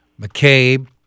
McCabe